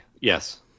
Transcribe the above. yes